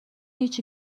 هیچی